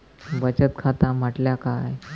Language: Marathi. बचत खाता म्हटल्या काय?